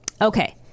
Okay